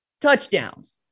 touchdowns